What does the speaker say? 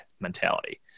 mentality